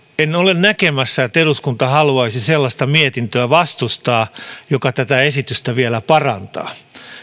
en ole näkemässä että eduskunta haluaisi sellaista mietintöä vastustaa joka tätä esitystä vielä parantaa